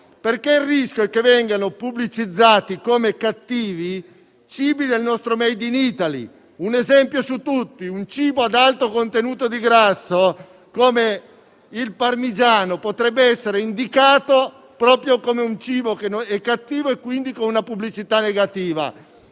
Il rischio è che vengano pubblicizzati come cattivi i cibi del nostro *made in Italy*. Un esempio su tutti: un cibo ad alto contenuto di grasso come il parmigiano potrebbe essere indicato come cibo cattivo, con una pubblicità negativa.